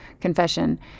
confession